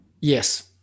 yes